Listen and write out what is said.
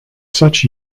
such